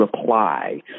Reply